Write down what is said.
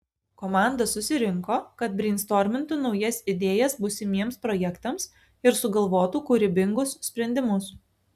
komanda susirinko kad breistormintų naujas idėjas būsimiems projektams ir sugalvotų kūrybingus sprendimus